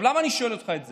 למה אני שואל אותך את זה?